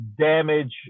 damage